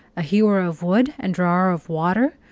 a hewer of wood and drawer of water,